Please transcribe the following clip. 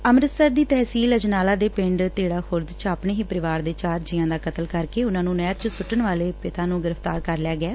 ਅੰਮਿਤਸਰ ਦੀ ਤਹਿਸੀਲ ਅਜਨਾਲਾ ਦੇ ਪਿੰਡ ਤੇੜਾ ਖੁਰਦ ਚ ਆਪਣੇ ਹੀ ਪਰਿਵਾਰ ਦੇ ਚਾਰ ਜੀਆਂ ਦਾ ਕਤਲ ਕਰਕੇ ਉਨ੍ਹਾਂ ਨੂੰ ਨਹਿਰ ਚ ਸੁੱਟਣ ਵਾਲੇ ਪਿਤਾ ਨੂੰ ਗ੍ਰਿਫ਼ਤਾਰ ਕਰ ਲਿਆ ਗਿਐ